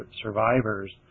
survivors